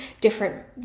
different